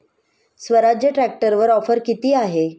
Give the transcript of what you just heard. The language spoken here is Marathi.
स्वराज्य ट्रॅक्टरवर ऑफर किती आहे?